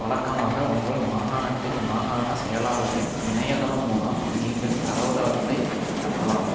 வழக்கமாக உங்கள் மாகாணத்தின் மாகாணச் செயலாளரின் இணையதளம் மூலம் நீங்கள் தரவுதளத்தை அணுகலாம்